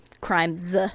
crimes